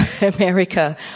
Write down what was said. America